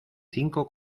cinco